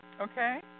Okay